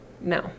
No